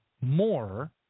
more